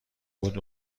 بود